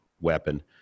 weapon